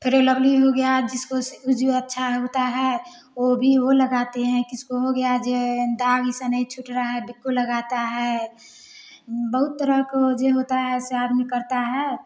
फेरेन lovely हो गया जिसको से ऊ जो अच्छा होता है वो भी वो लगाते हैं किसको हो गया जे दाग से नहीं छूट रहा है बिक्को लगात है बहुत तरह को जो होता है से आदमी करता है